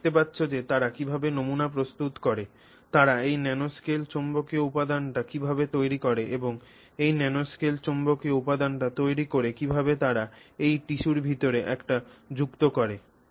তুমি দেখতে পাচ্ছ যে তারা কীভাবে নমুনা প্রস্তুত করে তারা এই ন্যানোস্কেল চৌম্বকীয় উপাদানটি কীভাবে তৈরি করে এবং এই ন্যানোস্কেল চৌম্বকীয় উপাদানটি তৈরি করে কীভাবে তারা এই টিস্যুর ভিতরে এটি যুক্ত করে